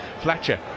Fletcher